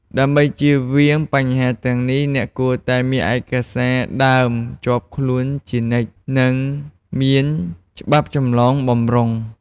ដើម្បីចៀសវាងបញ្ហាទាំងនេះ អ្នកគួរតែ មានឯកសារដើមជាប់ខ្លួនជានិច្ច និងមានច្បាប់ចម្លងបម្រុង។